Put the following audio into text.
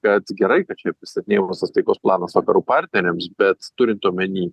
kad gerai kad čia pristatinėjamas tas taikos planas vakarų partneriams bet turint omeny